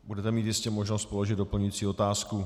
Budete mít jistě možnost položit doplňující otázku.